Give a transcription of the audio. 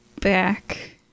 back